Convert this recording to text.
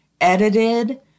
edited